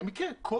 שם זה פחד.